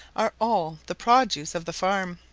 are all the produce of the farm.